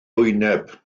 wyneb